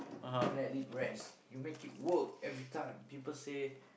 don't let it rest you make it work every time people say